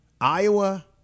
Iowa